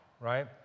right